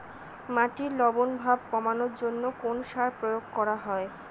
মাটির লবণ ভাব কমানোর জন্য কোন সার প্রয়োগ করা হয়?